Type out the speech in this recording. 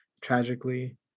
tragically